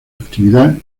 actividad